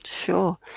Sure